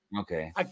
Okay